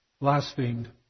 blasphemed